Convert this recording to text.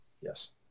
Yes